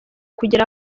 kugira